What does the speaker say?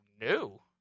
no